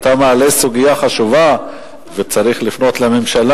אתה מעלה סוגיה חשובה וצריך לפנות לממשלה